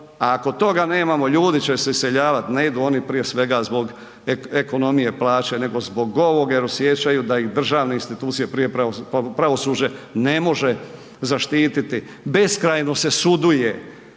ako toga nemamo ljudi će se iseljavati, ne idu oni prije svega zbog ekonomije plaće nego zbog ovog jer osjećaju da ih državne institucije, prije pravosuđe ne može zaštititi. Beskrajno se suduje.